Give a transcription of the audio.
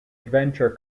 adventure